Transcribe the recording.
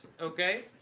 okay